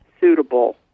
suitable